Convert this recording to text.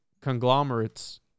conglomerates